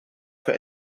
for